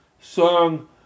song